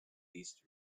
east